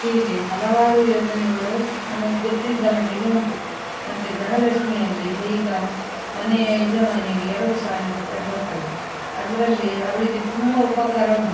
ಹೀಗೆ ಹಲವಾರು ಯೋಜನೆಗಳು ನಮಗೆ ಗೊತ್ತಿದ್ದ ಮಟ್ಟಿಗೆ ಉಂಟು ಮತ್ತೆ ಗೃಹಲಕ್ಷ್ಮಿಯಲ್ಲಿ ಈಗ ಮನೆಯ ಯಜಮಾನಿಗೆ ಎರಡು ಸಾವಿರ ರೂಪಾಯಿ ಬರ್ತದೆ ಅದರಲ್ಲಿ ಅವಳಿಗೆ ತುಂಬ ಉಪಕಾರ ಉಂಟು